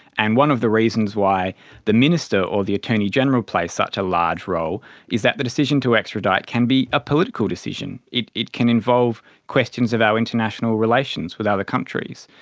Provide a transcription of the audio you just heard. and one of the reasons why the minister or the attorney general plays such a large role is that the decision to extradite can be a political decision. it it can involve questions of our international relations with other countries.